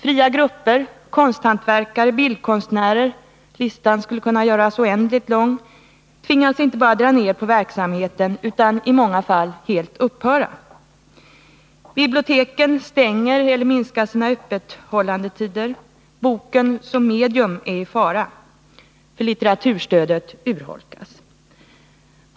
Fria grupper, konsthantverkare, bildkonstnärer — listan skulle kunna göras oändligt lång — tvingas inte bara att dra ner på verksamheten utan i många fall att helt upphöra med sitt arbete. Biblioteken stänger eller minskar sina öppethållandetider. Boken som medium är i fara därför att litteraturstödet urholkas.